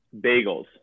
Bagels